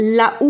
la